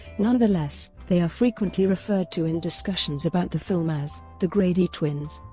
nonetheless, they are frequently referred to in discussions about the film as the grady twins.